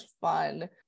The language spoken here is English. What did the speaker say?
fun